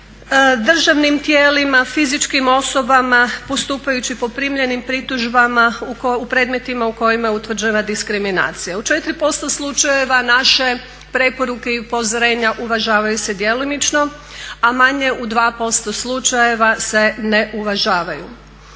državnim tijelima, fizičkim osobama postupajući po primljenim pritužbama u predmetima u kojima je utvrđena diskriminacija. U 4% slučajeva naše preporuke i upozorenja uvažavaju se djelomično, a manje u 2% slučajeva se ne uvažavaju.